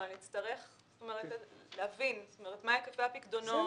אבל אני אצטרך להבין מה היקפי הפיקדונות.